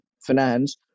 finance